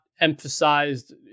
emphasized